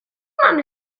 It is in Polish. mamy